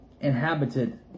Inhabited